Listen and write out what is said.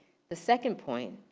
the second point,